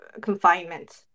confinement